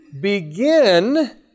begin